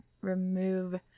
remove